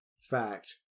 fact